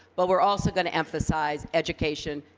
but we're also going to emphasize education,